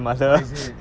oh is it